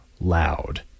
loud